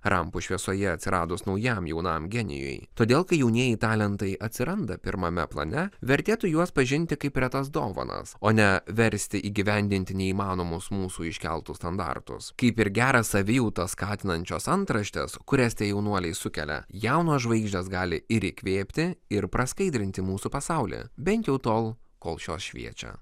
rampų šviesoje atsiradus naujam jaunam genijui todėl kai jaunieji talentai atsiranda pirmame plane vertėtų juos pažinti kaip retas dovanas o ne versti įgyvendinti neįmanomus mūsų iškeltus standartus kaip ir gerą savijautą skatinančios antraštės kurias tie jaunuoliai sukelia jaunos žvaigždės gali ir įkvėpti ir praskaidrinti mūsų pasaulį bent jau tol kol šios šviečia